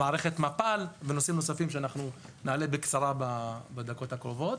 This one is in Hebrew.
מערכת מפ"ל ונושאים נוספים שאנחנו נעלה בקצרה בדקות הקרובות.